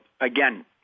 again